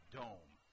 dome